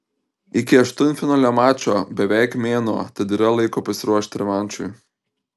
iki aštuntfinalio mačo beveik mėnuo tad yra laiko pasiruošti revanšui